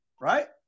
right